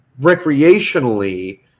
recreationally